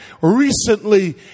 recently